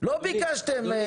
לא ביקשתם.